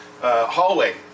hallway